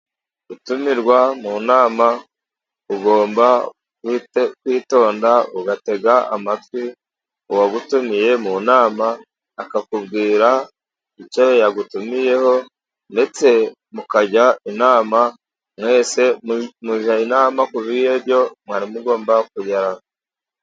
Gutumirwa mu nama, ugomba kwitonda ugatega amatwi, uwagutumiye mu nama, akakubwira icyo yagutumiyeho ndetse mukajya inama, mwese mujya inama ku byo mugomba kugeraho.